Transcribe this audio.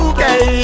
Okay